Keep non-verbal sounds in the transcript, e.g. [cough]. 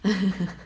[laughs]